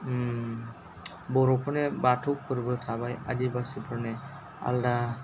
बर'फोरना बाथौ फोर्बो थाबाय आदिबासि फोरना आलदा